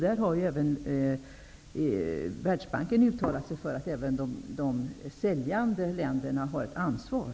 Där har Världsbanken uttalat att även de säljande länderna har ett ansvar.